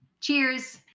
Cheers